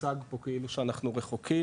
הוצג פה כאילו שאנחנו רחוקים,